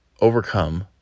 overcome